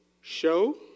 show